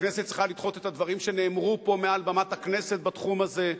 והכנסת צריכה לדחות את הדברים שנאמרו פה מעל במת הכנסת בתחום הזה,